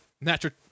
Natural